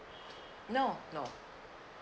no no